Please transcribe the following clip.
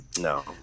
No